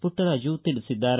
ಮಟ್ಟರಾಜು ತಿಳಿಸಿದ್ದಾರೆ